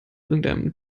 irgendeinem